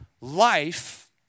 life